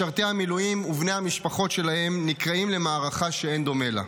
משרתי המילואים ובני המשפחות שלהם נקראים למערכה שאין דומה לה.